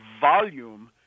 volume